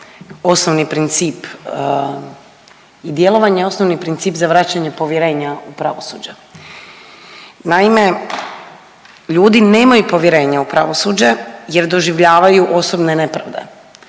osnovni princip i djelovanja i osnovni princip za vraćanje povjerenja u pravosuđe. Naime, ljudi nemaju povjerenja u pravosuđe jer doživljavaju osobne nepravde,